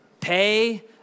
Pay